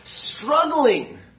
struggling